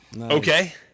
Okay